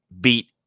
beat